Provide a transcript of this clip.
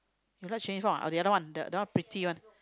you like Quan-Yi-Fong ah or the other one the that one pretty one